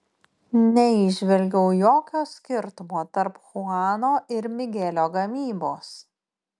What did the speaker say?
neįžvelgiau jokio skirtumo tarp chuano ir migelio gamybos